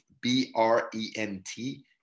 B-R-E-N-T